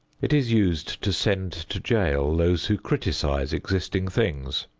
it is used to send to jail those who criticise existing things.